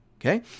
okay